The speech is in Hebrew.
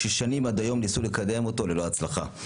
ששנים עד היום ניסו לקדם אותו ללא הצלחה.